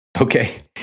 Okay